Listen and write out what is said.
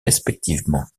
respectivement